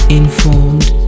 informed